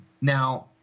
Now